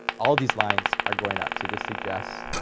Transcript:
all these lines are going up, so this suggests,